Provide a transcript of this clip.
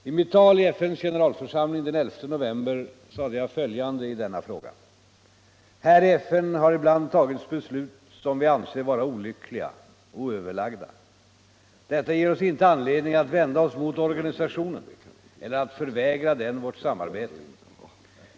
I mitt tal i FN:s generalförsamling den 11 november sade jag följande i denna fråga: ”Här i FN har ibland tagits beslut som vi anser vara olyckliga och oöverlagda. Detta ger oss inte anledning att vända oss mot organisationen eller att förvägra den vårt samarbete.